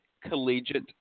collegiate